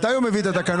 מתי הוא מביא את התקנות?